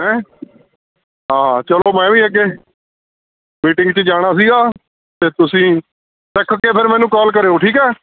ਹੈਂ ਹਾਂ ਚਲੋ ਮੈਂ ਵੀ ਅੱਗੇ ਮੀਟਿੰਗ 'ਚ ਜਾਣਾ ਸੀਗਾ ਅਤੇ ਤੁਸੀਂ ਕੇ ਫਿਰ ਮੈਨੂੰ ਕਾਲ ਕਰਿਓ ਠੀਕ ਹੈ